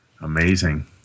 Amazing